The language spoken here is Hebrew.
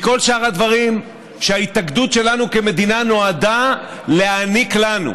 מכל שאר הדברים שההתאגדות שלנו כמדינה נועדה להעניק לנו.